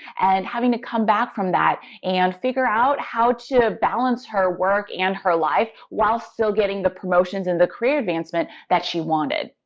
and having to come back from that and figure out how to balance her work and her life, while still getting the promotions and the career advancement that she wanted.